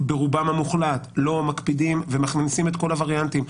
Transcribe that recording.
ברובם המוחלט לא מקפידים ומכניסים את כל הווריאנטים.